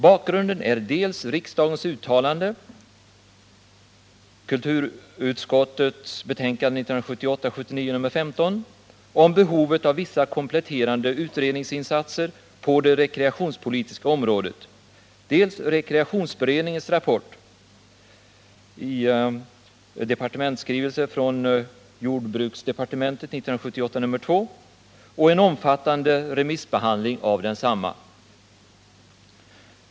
Bakgrunden är dels riksdagens uttalande i kulturutskottets betänkande 1978/79:15 om behovet av vissa kompletterande utredningsinsatser på det rekreationspolitiska området, dels rekreationsberedningens rapport i departementsskrivelse från jordbruksdepartementet 1978:2 och en omfattande remissbehandling av densamma.